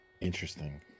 Interesting